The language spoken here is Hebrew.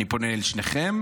ואני פונה אל שניכם,